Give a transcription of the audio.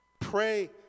Pray